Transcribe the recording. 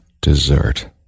Dessert